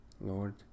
Lord